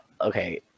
okay